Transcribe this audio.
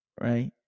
right